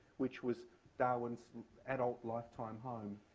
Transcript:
which was darwin's adult lifetime home.